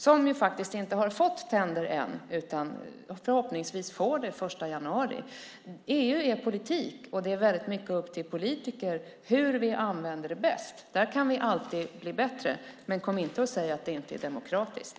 De har faktiskt inte fått tänder än men förhoppningsvis får de det den 1 januari. EU är politik, och det är upp till politikerna hur vi använder EU bäst. Där kan vi alltid bli bättre, men kom inte och säg att det inte är demokratiskt.